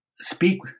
speak